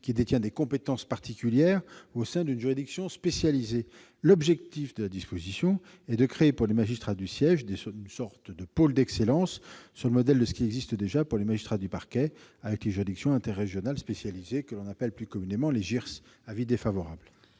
qui détient des compétences particulières ou au sein d'une juridiction spécialisée. L'objectif est de créer pour les magistrats du siège une sorte de pôle d'excellence, sur le modèle de ce qui existe déjà pour les magistrats du parquet avec les juridictions interrégionales spécialisées, que l'on appelle plus communément les JIRS. La commission est défavorable